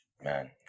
Man